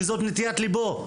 כי זאת נטיית ליבו.